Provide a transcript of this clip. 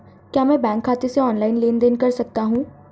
क्या मैं बैंक खाते से ऑनलाइन लेनदेन कर सकता हूं?